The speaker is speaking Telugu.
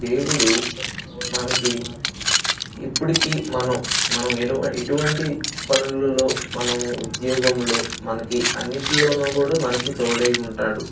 దేవుడు మనకు ఇప్పుటికి మనం మనం ఎ ఎటువంటి పనులలో మనము ఉద్యోగములో మనకు అన్నింటినిలో కూడా మనకు తోడై ఉంటాడు